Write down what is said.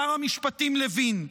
שר המשפטים לוין.